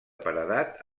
paredat